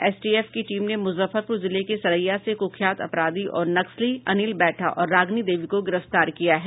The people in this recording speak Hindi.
एसटीएफ की टीम ने मुजफ्फरपुर जिले के सरैया से कुख्यात अपराधी और नक्सली अनिल बैठा और रागिनी देवी को गिरफ्तार किया है